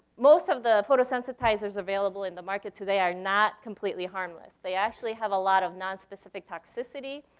most of the photosensitizers available in the market today are not completely harmless. they actually have a lot of non-specific toxicity.